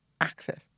access